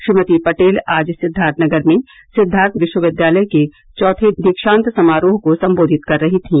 श्रीमती पटेल आज सिद्वार्थनगर में सिद्वार्थनगर विश्वविद्यालय के चौथे दीक्षांत समारोह को संबोधित कर रही थीं